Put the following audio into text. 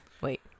Wait